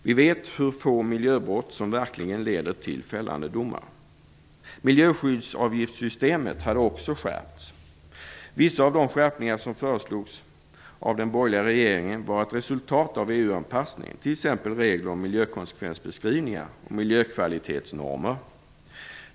Vi vet hur få miljöbrott som verkligen leder till fällande domar. Miljöskyddsavgiftssystemet hade också skärpts. Vissa av de skärpningar som föreslogs av den borgerliga regeringen var ett resultat av EU-anpassningen, t.ex. reglerna om miljökonsekvensbeskrivningar och miljökvalitetsnormer.